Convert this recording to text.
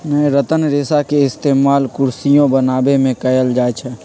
रतन रेशा के इस्तेमाल कुरसियो बनावे में कएल जाई छई